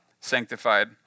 sanctified